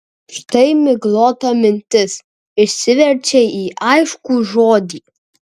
štai miglota mintis išsiverčia į aiškų žodį